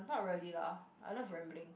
not really lah I love rambling